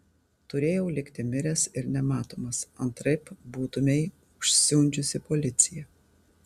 turėjau likti miręs ir nematomas antraip būtumei užsiundžiusi policiją